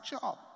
job